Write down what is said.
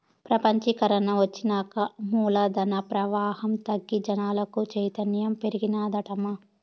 పెపంచీకరన ఒచ్చినాక మూలధన ప్రవాహం తగ్గి జనాలకు చైతన్యం పెరిగినాదటమ్మా